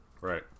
Right